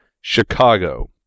Chicago